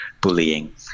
bullying